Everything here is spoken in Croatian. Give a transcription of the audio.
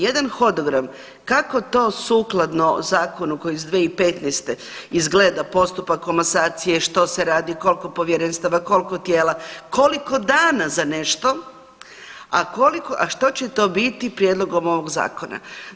Jedan hodogram kako to sukladno zakonu koji je iz 2015. izgleda postupak komasacije, što se radi, koliko povjerenstava, koliko tijela, koliko dana za nešto a što će to biti prijedlogom ovog zakona.